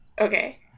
Okay